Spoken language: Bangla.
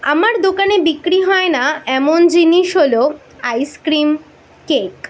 আমার দোকানে বিক্রি হয় না এমন জিনিস হল আইসক্রিম কেক